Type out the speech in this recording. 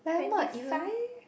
twenty five